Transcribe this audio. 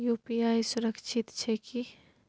UPI सुरक्षित छै की?